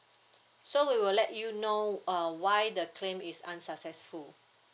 so we will let you know uh why the claim is unsuccessful